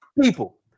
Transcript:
people